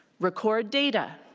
record data,